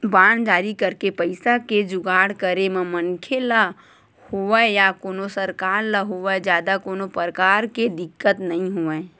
bond जारी करके पइसा के जुगाड़ करे म मनखे ल होवय या कोनो सरकार ल होवय जादा कोनो परकार के दिक्कत नइ होवय